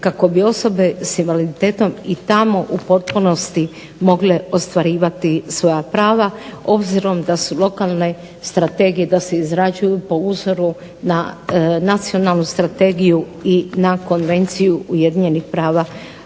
kako bi osobe s invaliditetom i tamo u potpunosti mogle ostvarivati svoja prava obzirom da su lokalne strategije da se izrađuju po uzoru na nacionalnu strategiju i na Konvenciju UN-a o pravima